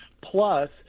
plus